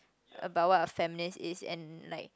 about what feminist is and like